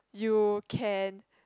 you can